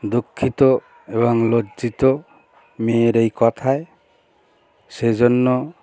দুঃখিত এবং লজ্জিত মেয়ের এই কথায় সেই জন্য